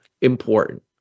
important